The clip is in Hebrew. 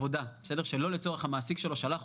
דבר שני,